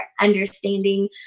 understanding